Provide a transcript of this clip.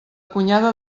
cunyada